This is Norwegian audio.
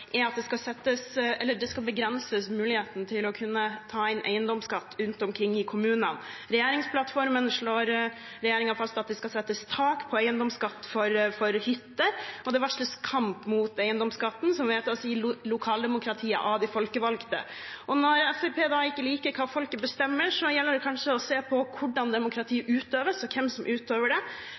er at muligheten til å ta inn eiendomsskatt rundt omkring i kommunene skal begrenses. I regjeringsplattformen slår regjeringen fast at det skal settes tak på eiendomsskatt for hytter, og det varsles kamp mot eiendomsskatten som vedtas i lokaldemokratiet, av de folkevalgte. Når Fremskrittspartiet ikke liker hva folket bestemmer, gjelder det kanskje å se på hvordan demokratiet utøves, og hvem som utøver det.